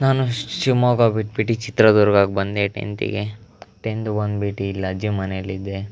ನಾನು ಶಿವ್ಮೊಗ್ಗ ಬಿಟ್ಬಿಟ್ಟು ಚಿತ್ರದುರ್ಗಕ್ಕೆ ಬಂದೆ ಟೆಂತಿಗೆ ಟೆಂತ್ ಬಂದ್ಬಿಟ್ಟು ಇಲ್ಲಿ ಅಜ್ಜಿ ಮನೇಲಿದ್ದೆ